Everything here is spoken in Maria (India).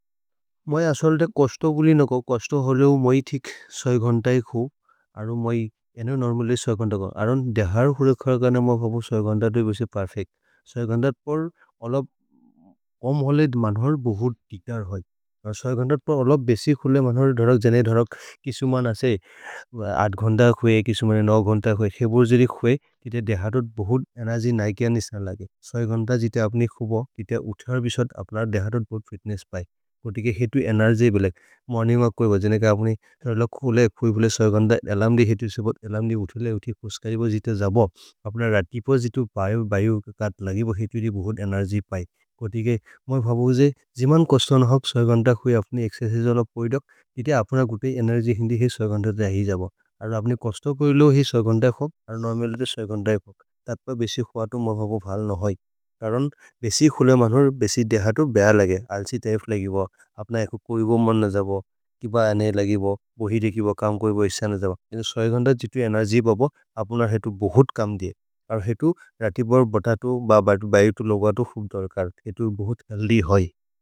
मैं असल दे कष्टो गुली न गो, कष्टो होरेओ मैं थिक सई गंटाई खूँ, आरो मैं इन्हों नर्मले सई गंटाई गो। आरोन देहार हुरेखार काने मैं भावो सई गंटाई दोई बेशे पर्फेक, साई गंटाई पर अलब कम होले मानहर बहुत तिक्टार होई। साई गंटाई पर अलब बेशे खूँले मानहर धरक जने धरक किसुमान आसे आठ गंडाई खुए, किसुमान नौ गंडाई खुए, किसुमान नौ गंडाई खूए, किसुमान नौ गंडाई खूए। किसुमान नौ गंडाई खूए, किसुमान नौ गंडाई खूए, किसुमान नौ गंडाई खूए, किसुमान नौ गंडाई खूए, किसुमान नौ गंडाई खूए, किसुमान नौ गंडाई खूए। किसु मरावने गंडाई खूए किसुमान गंडाईे, ओर राख़ हो गिउन जाते, तो जब समय कोई के लिए मिलाओं को अस्थाज महरारे काम करोगा हुआ। ये अजसी अपनी एक्या कह और संगेन को हदे पकून सप्राक्ता जेने देवा। इतने सोय गन्दाजित अनार्जी बपयवा आपनारंखेतँ बहुत काम दिया और हेटु राति बर बाठातो बाबा न बायू तु लगातो हुँत दर्कार, हेटु बहुत अलडी होई।